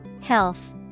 Health